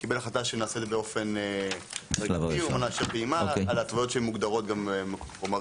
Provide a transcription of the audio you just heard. קיבל החלטה שנעשה את זה באופן הדרגתי על התוויות שמוגדרות על חומרים.